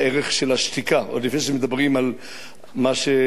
עוד לפני שמדברים על מה שלשון הרע עושה.